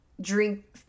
drink